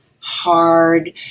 hard